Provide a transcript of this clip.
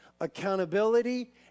accountability